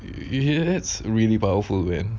you that's really powerful man